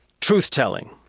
truth-telling